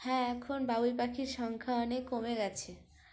হ্যাঁ এখন বাবুই পাখির সংখ্যা অনেক কমে গেছে